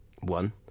one